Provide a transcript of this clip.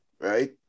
right